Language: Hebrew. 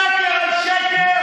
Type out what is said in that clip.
שקר על שקר?